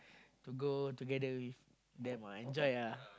to go together with them right enjoy lah